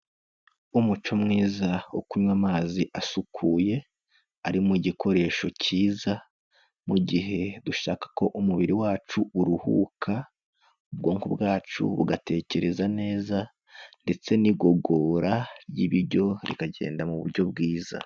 Umuco mwiza wo kunywa amazi asukuye ari mu gikoresho cyiza mu gihe dushaka ko umubiri wacu uruhuka ubwonko bwacu ugatekereza neza ndetse n'igogora ry'ibiryo rikagenda mu buryo bwiza.